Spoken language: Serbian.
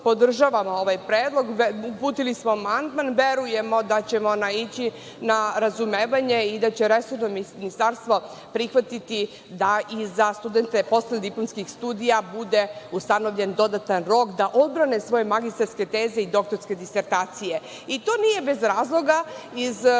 podržavamo ovaj predlog. uputili smo amandman. Verujemo da ćemo naići na razumevanje i da će resorno ministarstvo prihvatiti da za studente posle diplomskih studija bude ustanovljen dodatan rok da odbrane svoje magistarske teze i doktorske disertacije. To nije bez razloga iz